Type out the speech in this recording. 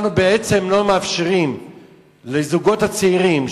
אנחנו בעצם לא מאפשרים לזוגות הצעירים,